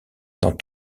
dans